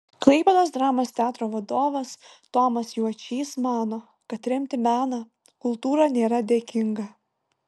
klaipėdos dramos teatro vadovas tomas juočys mano kad remti meną kultūrą nėra dėkinga